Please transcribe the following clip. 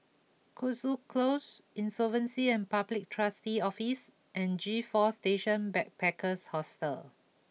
Cotswold Close Insolvency and Public Trustee's Office and G four Station Backpackers Hostel